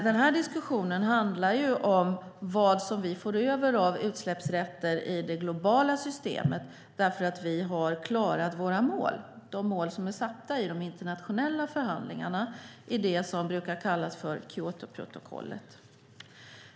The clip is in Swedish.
Den här diskussionen handlar om vad vi får över av utsläppsrätter i det globala systemet. Vi har ju klarat våra mål - de mål som är satta i internationella förhandlingar, i vad som brukar kallas för Kyotoprotokollet.